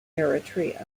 eritrea